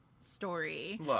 story